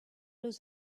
lose